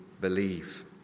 believe